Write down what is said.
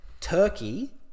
Turkey